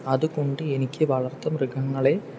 അതുകൊണ്ട് എനിക്ക് വളർത്തുമൃഗങ്ങളെ